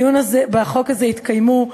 בחוק הזה התקיימו,